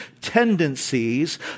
tendencies